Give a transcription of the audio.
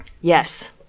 Yes